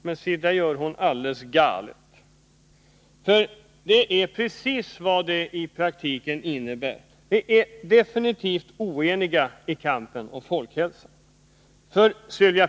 Men där gjorde hon alldeles galet, för i praktiken är vi definitivt oeniga i kampen för folkhälsan.